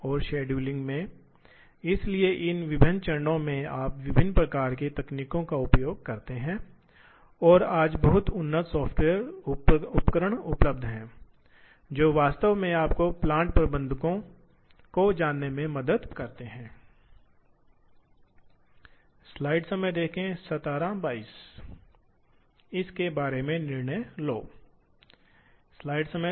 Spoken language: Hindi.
सहिष्णुता को बंद कर दिया जाता है क्योंकि आप जिस तरह का नियंत्रण लागू करते हैं जिस तरह का नियंत्रण आप लागू करते हैं वह इतना परिष्कृत होता है कि मैनुअल ऑपरेटरों के लिए इस तरह के नियंत्रण को लागू करना संभव नहीं होता है और इसलिए सहिष्णुता के बहुत उच्च अनुपालन को महसूस किया जा सकता है